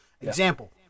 Example